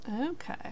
Okay